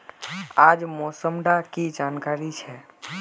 आज मौसम डा की जानकारी छै?